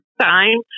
time